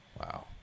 Wow